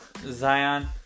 Zion